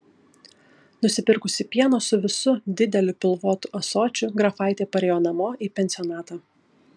nusipirkusi pieno su visu dideliu pilvotu ąsočiu grafaitė parėjo namo į pensionatą